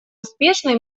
успешной